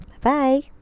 Bye